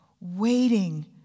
waiting